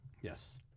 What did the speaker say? Yes